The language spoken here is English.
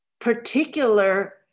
particular